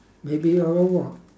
maybe I'm a what